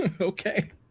okay